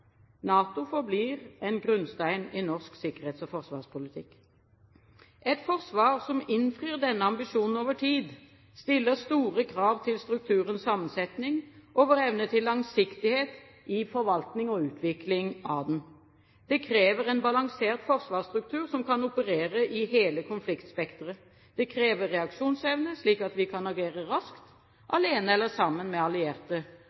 NATO forblir en grunnstein i norsk sikkerhets- og forsvarspolitikk. Et forsvar som innfrir denne ambisjonen over tid, stiller store krav til strukturens sammensetning og vår evne til langsiktighet i forvaltning og utvikling av den. Det krever en balansert forsvarsstruktur som kan operere i hele konfliktspekteret. Det krever reaksjonsevne, slik at vi kan agere raskt – alene eller sammen med allierte